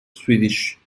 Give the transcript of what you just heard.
swedish